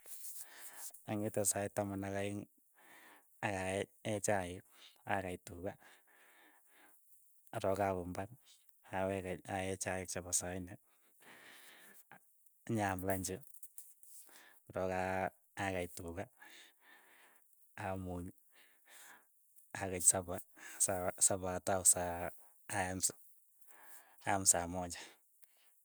Ang'ete sait taman ak aeng, akaee chaiik, akey tuka, arook awe imbar, aweke aee chaik chepo sa inne, nya aam lanchi korook aa akei tuka, amuny, akeny sapa, sa- sapa atau saa ayam sa ayam saa mocha.